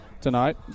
tonight